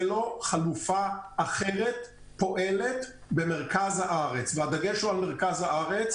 לו חלופה אחרת פועלת במרכז הארץ והדגש הוא על מרכז הארץ.